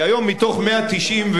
כי היום מתוך 193,